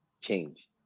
change